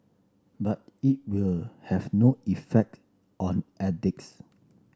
but it will have no effect on addicts